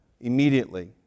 immediately